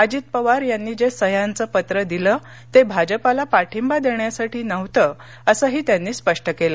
अजितपवार यांनी जे सद्यांचे पत्र दिलं ते भाजपाला पाठिंबा देण्यासाठी नव्हतं असंही त्यांनी स्पष्ट केलं